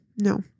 No